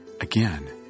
again